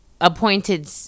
appointed